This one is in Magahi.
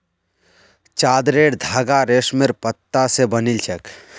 चादरेर धागा रेशमेर पत्ता स बनिल छेक